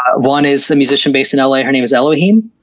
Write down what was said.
one is a musician based in la, her name is elohim,